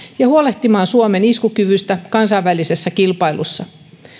ja huolehtimaan suomen iskukyvystä kansainvälisessä kilpailussa